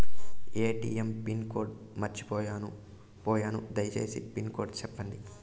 ATM pin code మర్చిపోయాను పోయాను దయసేసి పిన్ కోడ్ సెప్పండి?